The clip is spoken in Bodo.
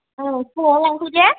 औ फुंआव लांफै दे